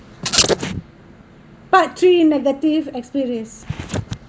part three negative experience